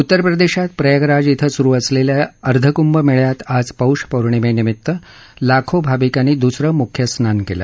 उत्तरप्रदेशात प्रयागराज धिं सुरु असलेल्या अर्धकुंभमेळ्यात आज पौष पौर्णिमेनिमित्त लाखो भाविकांनी दुसरं मुख्य स्नान केलं